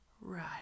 Right